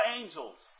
angels